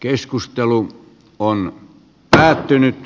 keskustelu on päättynyt